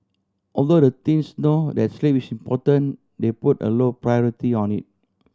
although the teens know that sleep is important they put a low priority on it